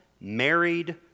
married